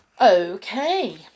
Okay